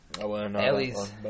Ellie's